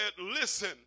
listen